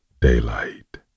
Daylight